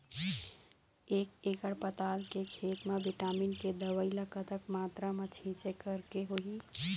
एक एकड़ पताल के खेत मा विटामिन के दवई ला कतक मात्रा मा छीचें करके होही?